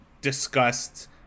discussed